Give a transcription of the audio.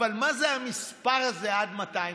אבל מה זה המספר הזה, עד 250?